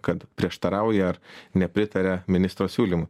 kad prieštarauja ar nepritaria ministro siūlymui